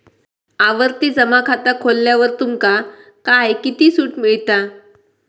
आवर्ती जमा खाता खोलल्यावर तुमका काय किती सूट मिळता?